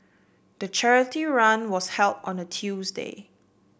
the charity run was held on a Tuesday